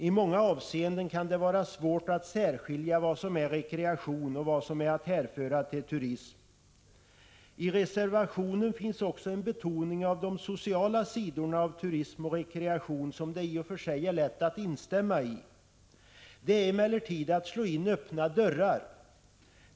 I många avseenden kan det vara svårt att särskilja vad som är rekreation och vad som är att hänföra till turism. I reservationen finns också en betoning av de sociala sidorna av turism och rekreation som det i och för sig är lätt att instämma i. Det är emellertid att slå in öppna dörrar.